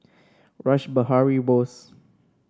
Rash Behari Bose